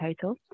total